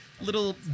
little